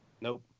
Nope